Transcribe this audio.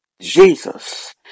Jesus